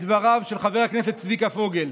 את דבריו של חבר הכנסת צביקה פוגל,